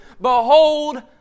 Behold